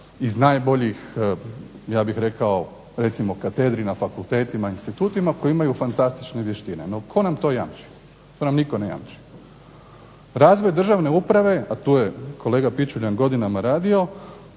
iz najboljih ja bih rekao recimo katedrima, fakultetima institutima koji imaju fantastične vještine. No, tko nam to jamči? To nam nitko ne jamči. Razvoj državne uprave a tu je kolega Pičuljan godinama radio